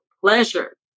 pleasure